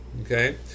Okay